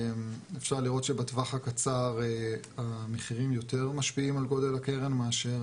אפשר לראות שבטווח הקצר המחירים יותר משפיעים על גודל הקרן מאשר